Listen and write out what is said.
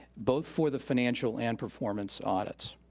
both for the financial and performance audits.